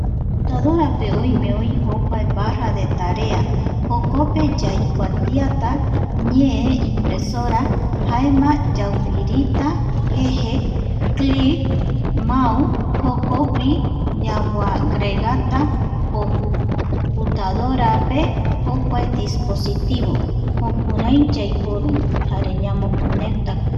Computadorape oime oi jokua barra de tarea jokope yaikuatiata ñee impresora, jaema yaumbirita jeje clip, mau jokogui yamoagregata compu tadorare jokua dispositivo jukurai yaiporu jare ñamocoecta kua